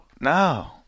No